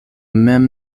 mem